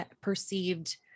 perceived